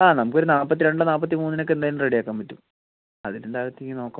ആ നമ്മക്കൊരു നാൽപ്പത്തി രണ്ട് നാൽപ്പത്തി മൂന്നിനൊക്കെ എന്തായാലും റെഡിയക്കാൻ പറ്റും അതില് എന്താന്ന് വെച്ചെങ്കിൽ നോക്കാം